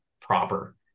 proper